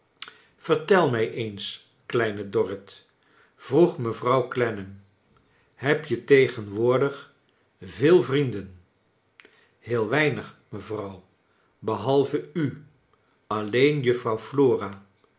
el mij eens kleine dorrit vroeg mevrouw clennam heb je tegenwoordig veel vrienden heel weinig mevrouw behalve u alleen